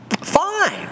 fine